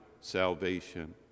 salvation